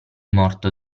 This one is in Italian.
morto